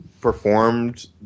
performed